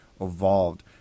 Evolved